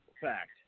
fact